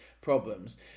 problems